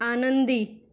आनंदी